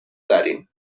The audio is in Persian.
داریم